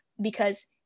because-